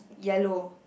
yellow